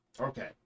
Okay